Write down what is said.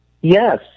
yes